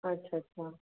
अच्छा अच्छा